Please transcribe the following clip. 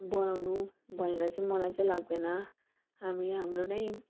बनाउनु भनेर चाहिँ मलाई चाहिँ लाग्दैन हामी हाम्रो नै